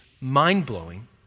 mind-blowing